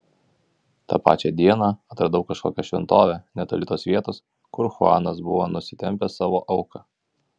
tą pačią dieną atradau kažkokią šventovę netoli tos vietos kur chuanas buvo nusitempęs savo auką